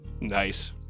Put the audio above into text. Nice